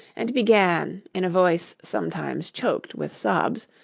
and began, in a voice sometimes choked with sobs,